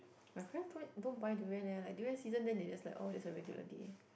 my parents don't don't buy durian leh like durian season they just like oh just a regular day